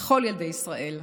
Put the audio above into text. לכל ילדי ישראל.